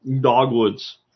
dogwoods